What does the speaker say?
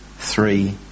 three